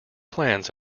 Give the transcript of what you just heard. plans